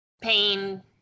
pain